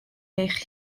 eich